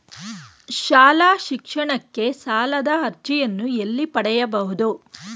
ಶಾಲಾ ಶಿಕ್ಷಣಕ್ಕೆ ಸಾಲದ ಅರ್ಜಿಯನ್ನು ಎಲ್ಲಿ ಪಡೆಯಬಹುದು?